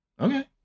okay